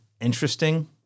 interesting –